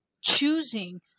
choosing